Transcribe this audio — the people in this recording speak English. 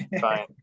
fine